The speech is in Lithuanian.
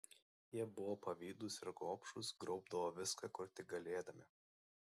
jie buvo pavydūs ir gobšūs grobdavo viską kur tik galėdami